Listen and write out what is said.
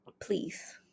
Please